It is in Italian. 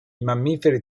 mammiferi